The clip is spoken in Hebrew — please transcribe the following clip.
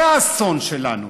זה האסון שלנו.